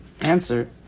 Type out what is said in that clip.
answer